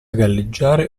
galleggiare